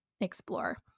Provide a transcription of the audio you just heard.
explore